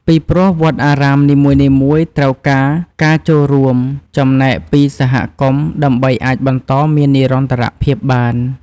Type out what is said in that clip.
ពីព្រោះវត្តអារាមនីមួយៗត្រូវការការចូលរួមចំណែកពីសហគមន៍ ដើម្បីអាចបន្តមាននិរន្តរភាពបាន។